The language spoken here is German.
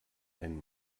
ein